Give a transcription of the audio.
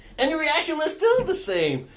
and your reaction was still the same.